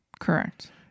Correct